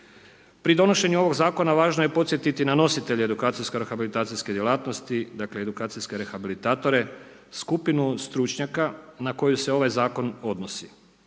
Pri donošenju ovoga zakona važno je podsjetiti na nositelje edukacijsko rehabilitacijske djelatnosti dakle edukacijske rehabilitatore, skupinu stručnjaka na koju se ovaj zakon odnosi.